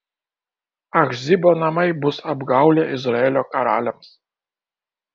achzibo namai bus apgaulė izraelio karaliams